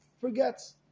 forgets